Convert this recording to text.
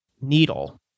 needle